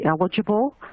eligible